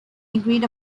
agreed